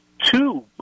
two